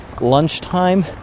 lunchtime